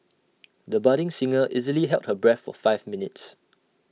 the budding singer easily held her breath for five minutes